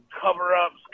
cover-ups